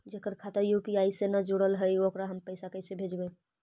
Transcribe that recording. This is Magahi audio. जेकर खाता यु.पी.आई से न जुटल हइ ओकरा हम पैसा कैसे भेजबइ?